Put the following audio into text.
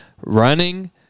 Running